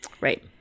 Right